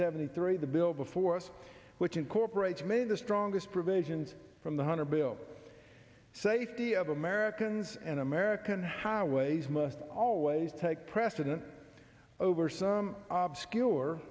seventy three the bill before us which incorporates maybe the strongest provisions from the hundred bill safety of americans and american highways must always take precedence over some obscure